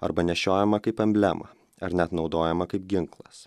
arba nešiojamą kaip emblemą ar net naudojamą kaip ginklas